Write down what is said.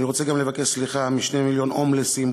אני רוצה גם לבקש סליחה מ-2 מיליון הומלסים,